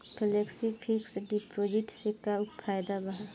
Flexi fix deposit से का फायदा भा?